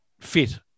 fit